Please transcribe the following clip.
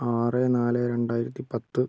ആറ് നാല് രണ്ടായിരത്തി പത്ത്